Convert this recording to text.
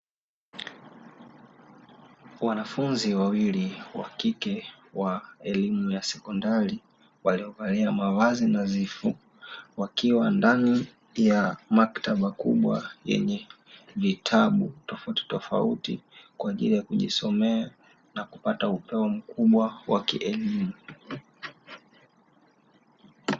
Wanafunzi wawili wa kike wa elimu ya sekondari waliovalia mavazi nadhifu, wakiwa ndani ya maktaba kubwa yenye vitabu tofautitofauti, kwa ajili ya kujisomea na kupata upeo mkubwa wa kielimu.